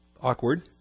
awkward